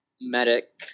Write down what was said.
medic